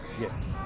Yes